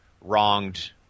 wronged